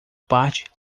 parte